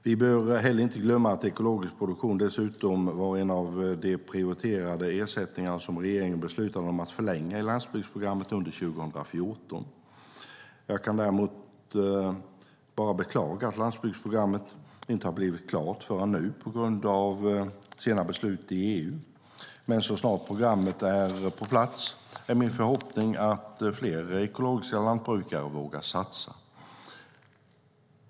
Vi bör inte heller glömma att ekologisk produktion dessutom var en av de prioriterade ersättningar som regeringen beslutade om att förlänga i landsbygdsprogrammet under 2014. Jag kan däremot bara beklaga att landsbygdsprogrammet inte har blivit klart förrän nu på grund av sena beslut i EU, men så snart programmet är på plats är min förhoppning att fler ekologiska lantbrukare vågar satsa.